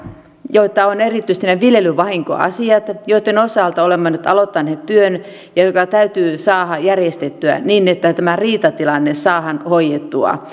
erityisesti nämä viljelyvahinkoasiat joitten osalta olemme nyt aloittaneet työn ja jotka täytyy saada järjestettyä niin että tämä riitatilanne saadaan hoidettua